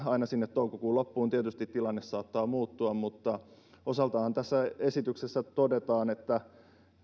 aina sinne toukokuun loppuun tietysti tilanne saattaa muuttua mutta osaltaan tässä esityksessä todetaan että